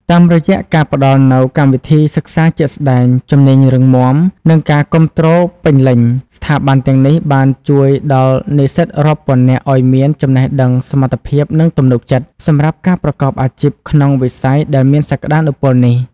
តាមរយៈការផ្តល់នូវ កម្មវិធីសិក្សាជាក់ស្តែង ជំនាញរឹងមាំ និងការគាំទ្រពេញលេញ ស្ថាប័នទាំងនេះបានជួយដល់និស្សិតរាប់ពាន់នាក់ឱ្យមាន ចំណេះដឹង សមត្ថភាព និងទំនុកចិត្ត សម្រាប់ការប្រកបអាជីពក្នុងវិស័យដែលមានសក្តានុពលនេះ។